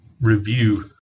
review